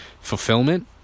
fulfillment